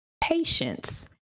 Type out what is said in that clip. patience